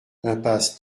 impasse